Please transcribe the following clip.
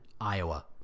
Iowa